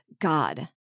God